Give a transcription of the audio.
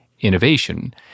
innovation